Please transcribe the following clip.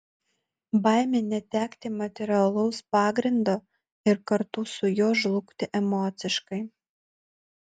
baimė netekti materialaus pagrindo ir kartu su juo žlugti emociškai